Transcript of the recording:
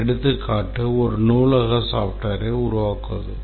ஒரு எடுத்துக்காட்டு நாம் ஒரு நூலக software உருவாக்குவது